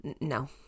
No